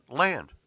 land